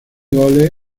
goles